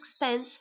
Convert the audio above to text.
expense